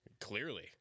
Clearly